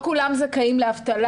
לא כולם זכאים לאבטלה.